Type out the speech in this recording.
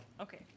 Okay